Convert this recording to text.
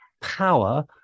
power